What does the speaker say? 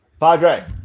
Padre